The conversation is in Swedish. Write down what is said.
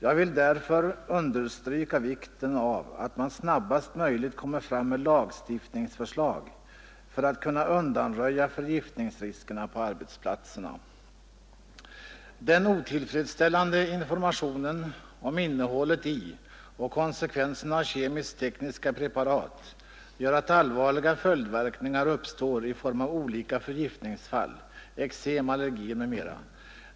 Jag vill därför understryka vikten av att man snabbast möjligt kommer fram med lagstiftningsförslag för att kunna undanröja förgiftningsriskerna på arbetsplatserna. Den otillfredsställande informationen om innehållet i och konsekvenserna av kemiskt-tekniska preparat gör att allvarliga följdverkningar uppstår i form av olika förgiftningsfall, eksem, allergier m.m.